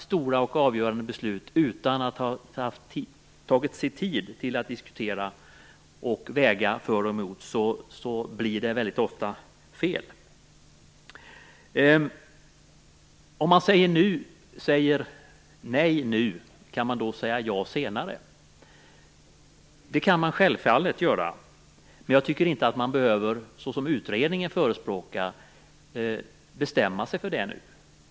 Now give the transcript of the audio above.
Stora och avgörande beslut som fattas utan att man har tagit sig tid till att diskutera och väga för och emot blir väldigt ofta felaktiga. Om man säger nej nu, kan man då säga ja senare? Det kan man självfallet. Men jag tycker inte att man, såsom utredningen förespråkar, behöver bestämma sig nu.